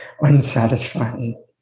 unsatisfying